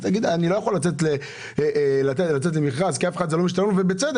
תגיד: אני לא יכול לצאת למכרז כי זה לא משתלם ובצדק,